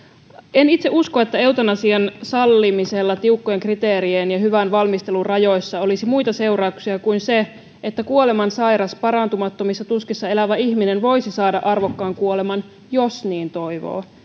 en itse usko että eutanasian sallimisella tiukkojen kriteerien ja hyvän valmistelun rajoissa olisi muita seurauksia kuin se että kuolemansairas parantumattomissa tuskissa elävä ihminen voisi saada arvokkaan kuoleman jos niin toivoo